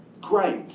great